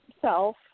self